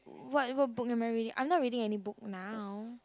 what what book am I reading I'm not reading any book now